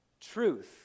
truth